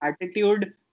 attitude